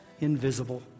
invisible